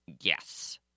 Yes